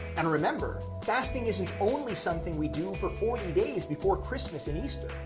and remember, fasting isn't only something we do for forty days before christmas and easter,